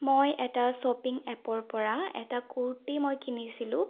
মই এটা শ্বপিং এপৰ পৰা এটা কুৰ্তি মই কিনিছিলোঁ